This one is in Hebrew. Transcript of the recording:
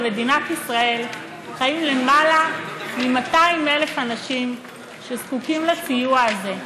במדינת ישראל חיים למעלה מ-200,000 אנשים שזקוקים לסיוע הזה.